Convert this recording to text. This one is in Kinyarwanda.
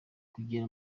kugira